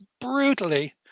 brutally